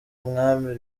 mwami